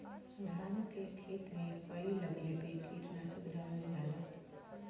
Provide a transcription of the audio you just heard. धान के खेत में पई लगले पे कीटनाशक डालल जाला